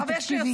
תקשיבי.